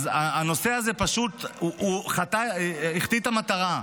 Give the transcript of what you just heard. הנושא הזה החטיא את המטרה.